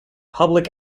public